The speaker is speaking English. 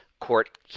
court